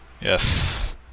Yes